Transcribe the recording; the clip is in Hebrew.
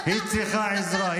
היא צריכה עזרה.